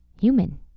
human